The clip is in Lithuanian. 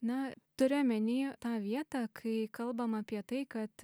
na turiu omeny tą vietą kai kalbama apie tai kad